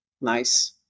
nice